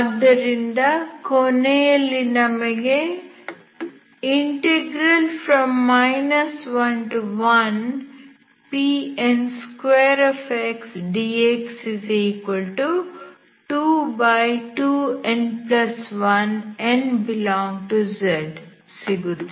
ಆದ್ದರಿಂದ ಕೊನೆಯಲ್ಲಿ ನಮಗೆ ⟹ 11Pn2xdx22n1 n∈Z ಸಿಗುತ್ತದೆ